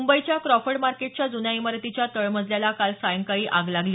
मुंबईच्या क्राफर्ड मार्केटच्या जुन्या इमारतीच्या तळमजल्याला काल सायंकाळी आग लागली